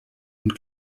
und